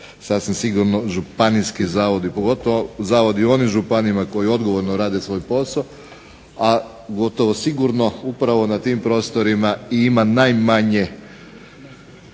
sasvim sigurno županijski zavodi, pogotovo oni zavodi u županijama koji odgovorno rade svoj posao, a gotovo sigurno upravo na tim prostorima i ima najmanje